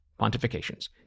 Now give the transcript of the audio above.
Pontifications